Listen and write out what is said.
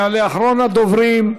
יעלה אחרון הדוברים,